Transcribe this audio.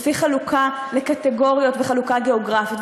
לפי חלוקה לקטגוריות וחלוקה גיאוגרפית,